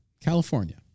California